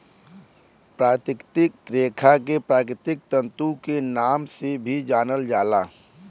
प्राकृतिक रेशा के प्राकृतिक तंतु के नाम से भी जानल जाला